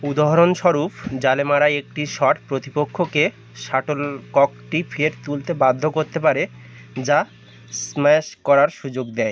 উদাহরণস্বরূপ জালে মারা একটি শট প্রতিপক্ষকে শাটল ককটি ফের তুলতে বাধ্য করতে পারে যা স্ম্যাশ করার সুযোগ দেয়